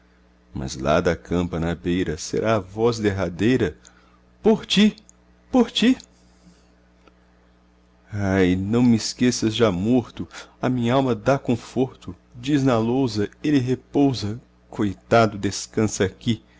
mas lá da campa na beira será a voz derradeira por ti por ti ai não mesqueças já morto à minhalma dá conforto diz na lousa ele repousa coitado descansa aqui